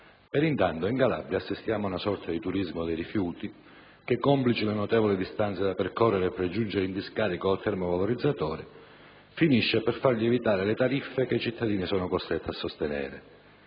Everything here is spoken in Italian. Intanto, in Calabria si assiste a una sorta di turismo dei rifiuti che, complici le notevoli distanze da percorrere per giungere in discarica o al termovalorizzatore, finisce per far lievitare le tariffe che i cittadini sono costretti a sostenere.